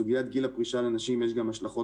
לסוגיית גיל הפרישה לנשים יש גם השלכות